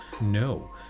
no